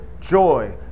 joy